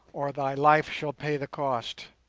or thy life shall pay the cost